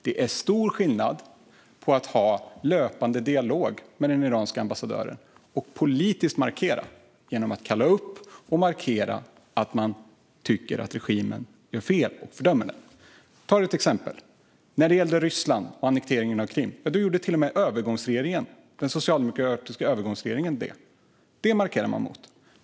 Det är stor skillnad mellan att ha löpande dialog med den iranska ambassadören och att politiskt markera genom att kalla upp och markera att man tycker att regimen gör fel och fördömer den. Jag tar ett exempel. När det gäller Ryssland och annekteringen av Krim gjorde till och med den socialdemokratiska övergångsregeringen det. Det markerade man mot.